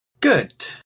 Good